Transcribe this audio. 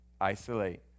Isolate